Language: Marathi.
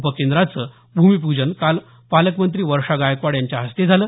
उपकेंद्राचं भूमीपूजन काल पालकमंत्री वर्षा गायकवाड यांच्या हस्ते झालं